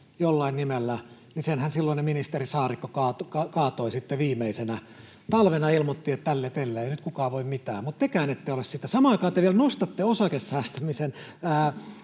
jollain nimellä, silloinen ministeri Saarikko sitten kaatoi, viimeisenä talvena ilmoitti, että tälle ei nyt kukaan voi mitään, mutta tekään ette ole sitä... Samaan aikaan te vielä nostatte osakesäästämisen